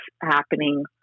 happening